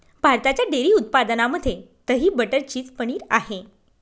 भारताच्या डेअरी उत्पादनामध्ये दही, बटर, चीज, पनीर आहे